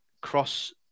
cross